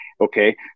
okay